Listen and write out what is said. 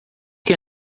quê